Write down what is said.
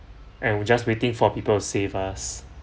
and we just waiting for people to save us